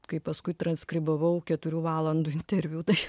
kaip paskui transkribavau keturių valandų interviu tai